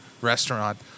restaurant